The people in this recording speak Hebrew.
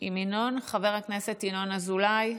עם ינון, חבר הכנסת ינון אזולאי,